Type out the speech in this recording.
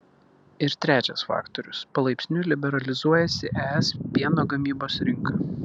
ir trečias faktorius palaipsniui liberalizuojasi es pieno gamybos rinka